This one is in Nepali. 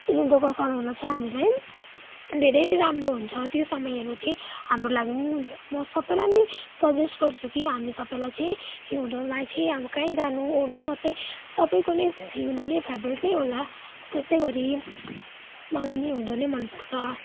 हिउँदोको समयमा चाहिँ हामीलाई धेरै राम्रो हुन्छ त्यो समयहरू चाहिँ हाम्रो लागि पनि म सबैलाई नै सजेस्ट गर्छु कि हामी सबैलाई चाहिँ हिउँदोमा चाहिँ अब कहीँ जानु ओर्नु सबै सबैको नै हिउँदो नै फेभरेट नै होला त्यसै गरी मलाई पनि हिउँदो नै मनपर्छ